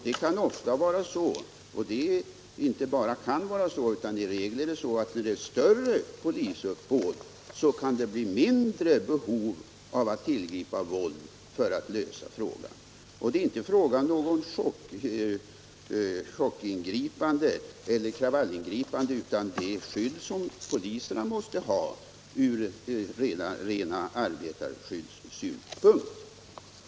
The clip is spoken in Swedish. Det kan ofta vara så — och det inte bara kan vara så, utan i regel är det så — att om det är ett större polisuppbåd kan det bli mindre behov av att tillgripa våld för att lösa problemet. Och det är inte fråga om något chockingripande eller kravallingripande, utan det är fråga om det skydd som poliserna måste ha ur ren arbetarskyddssynpunkt.